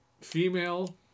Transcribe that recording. female